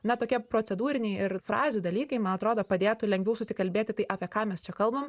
na tokie procedūriniai ir frazių dalykai man atrodo padėtų lengviau susikalbėti tai apie ką mes čia kalbam